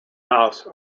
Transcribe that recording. house